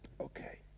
Okay